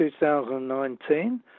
2019